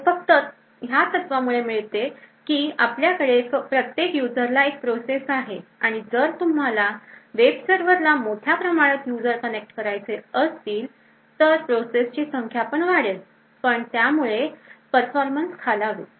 हे फक्त ह्या तत्त्वामुळे मिळते की आपल्याकडे प्रत्येक युजरला एक प्रोसेस आहे आणि जर तुम्हाला वेबसर्वरला मोठ्या प्रमाणात यूजर कनेक्ट करायचे असतील तर प्रोसेसची संख्या पण वाढेल आणि त्यामुळे परफॉर्मन्स खालावेल